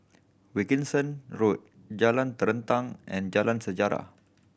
Wilkinson Road Jalan Terentang and Jalan Sejarah